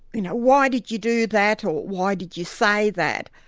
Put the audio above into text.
you know why did you do that, or why did you say that.